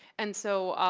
and so,